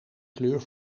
kleur